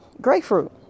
Grapefruit